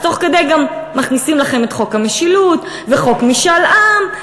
אז תוך כדי גם מכניסים לכם את חוק המשילות וחוק משאל עם,